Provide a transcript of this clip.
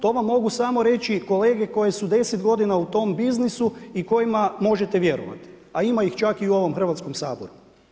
To vam mogu samo reći kolege koje su 10 godina u tom biznisu i kojima možete vjerovati, a ima ih čak i u ovom Hrvatskom saboru.